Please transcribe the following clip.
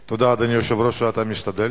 תודה, אדוני היושב-ראש, שאתה משתדל.